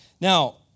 Now